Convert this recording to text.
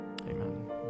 amen